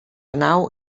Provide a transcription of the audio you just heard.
nau